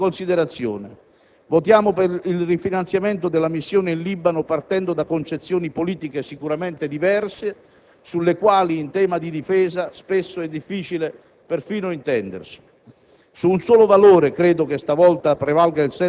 un'ultima considerazione. Votiamo per il rifinanziamento della missione in Libano partendo da concezioni politiche sicuramente diverse, sulle quali in tema di difesa spesso è difficile perfino intendersi.